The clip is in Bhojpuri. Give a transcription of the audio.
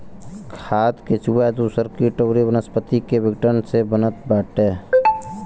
खाद केचुआ दूसर किट अउरी वनस्पति के विघटन से बनत बाटे